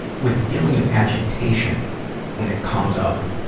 with the feeling of agitation when it comes up,